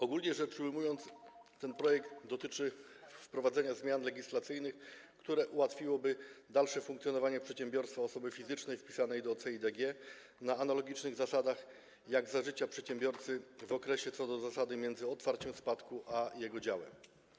Ogólnie rzecz ujmując, projekt dotyczy wprowadzenia zmian legislacyjnych, które ułatwiałyby dalsze funkcjonowanie przedsiębiorstwa osoby fizycznej wpisanej do CEIDG na analogicznych zasadach jak za życia przedsiębiorcy w okresie, co do zasady, między otwarciem spadku a jego działem.